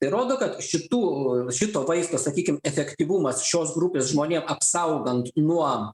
tai rodo kad šitų šito vaisto sakykim efektyvumas šios grupės žmonėm apsaugant nuo